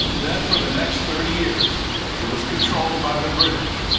then for the next thirty years it was controlled by the british,